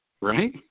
Right